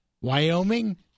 Wyoming